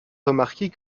remarquer